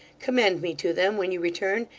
commend me to them when you return,